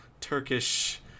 Turkish